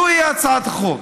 זו הצעת החוק.